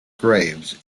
graves